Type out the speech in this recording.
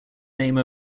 name